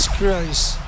Christ